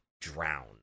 drown